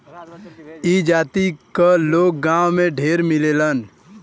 ई जाति क लोग गांव में ढेर मिलेलन